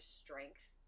strength